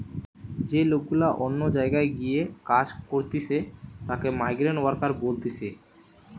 যে লোক গুলা অন্য জায়গায় গিয়ে কাজ করতিছে তাকে মাইগ্রান্ট ওয়ার্কার বলতিছে